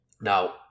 Now